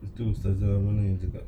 lepas tu ustazah mana yang cakap